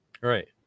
right